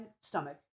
stomach